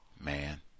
Man